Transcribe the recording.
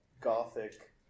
gothic